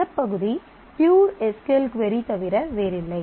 இந்த பகுதி pure S Q L கொரி தவிர வேறில்லை